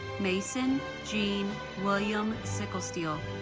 mason gene william sichelstiel